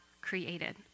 created